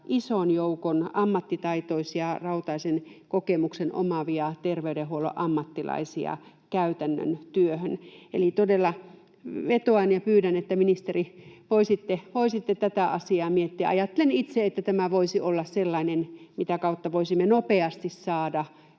ison joukon ammattitaitoisia, rautaisen kokemuksen omaavia terveydenhuollon ammattilaisia käytännön työhön. Eli todella vetoan ja pyydän, ministeri, että voisitte tätä asiaa miettiä. Ajattelen itse, että tämä voisi olla sellainen, mitä kautta voisimme nopeasti saada